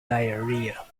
diarrhoea